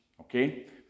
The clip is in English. Okay